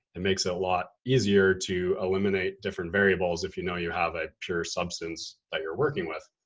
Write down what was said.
it makes it a lot easier to eliminate different variables if you know you have a pure substance that you're working with.